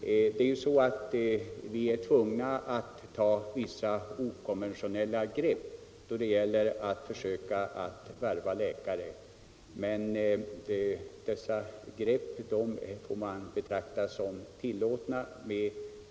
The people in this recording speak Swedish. Vi är ibland tvungna att ta vissa okonventionella grepp när vi skall försöka värva läkare. Men dessa grepp får man betrakta som tillåtna